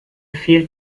fehlt